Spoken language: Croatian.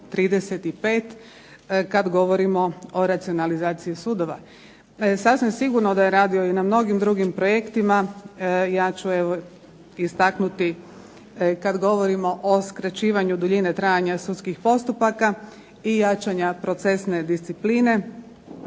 35 kada govorimo o racionalizaciji sudova. Pa je sasvim sigurno da je radio na mnogim drugim projektima. Ja ću istaknuti kada govorimo o skraćivanju duljine trajanja sudskih postupaka i jačanja procesne discipline,